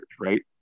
right